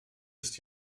ist